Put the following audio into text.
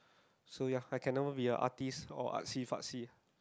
so ya I cannot be a artist or artsy fartsy